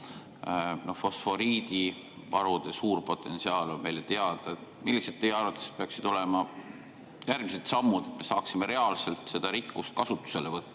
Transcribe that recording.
Fosforiidivarude suur potentsiaal on meile teada. Millised teie arvates peaksid olema järgmised sammud, et me saaksime reaalselt seda rikkust kasutusele võtta,